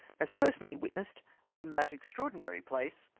as personally witnessed from that extraordinary place,